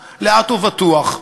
לאט-לאט, לאט ובטוח,